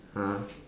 ah